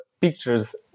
pictures